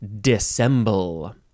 dissemble